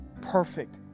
perfect